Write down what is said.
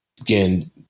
again